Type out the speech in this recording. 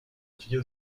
étudier